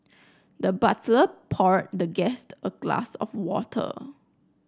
the butler poured the guest a glass of water